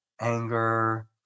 anger